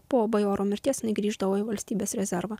po bajoro mirties jinai grįždavo į valstybės rezervą